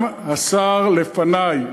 גם השר לפני,